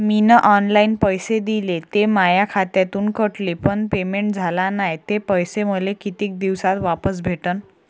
मीन online पैसे दिले, ते माया खात्यातून कटले, पण पेमेंट झाल नायं, ते पैसे मले कितीक दिवसात वापस भेटन?